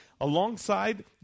Alongside